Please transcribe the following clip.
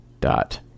dot